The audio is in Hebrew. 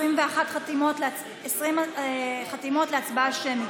חתימות להצבעה שמית.